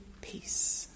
peace